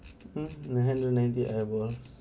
nine hundred and ninety ever